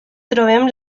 trobem